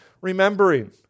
remembering